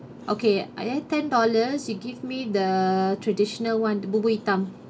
okay I add ten dollars you give me the traditional one bubur hitam